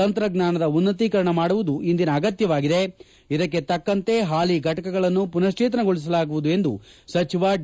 ತಂತ್ರಜ್ಞಾನದ ಉನ್ನತೀಕರಣ ಮಾಡುವುದು ಇಂದಿನ ಅಗತ್ಯವಾಗಿದೆ ಇದಕ್ಕೆ ತಕ್ಕಂತೆ ಹಾಲಿ ಘಟಕಗಳನ್ನು ಪುನಶ್ಚೇತನಗೊಳಿಸಲಾಗುವುದು ಎಂದು ಸಚಿವ ಡಿ